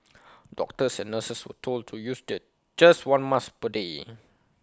doctors and nurses were told to use just one mask per day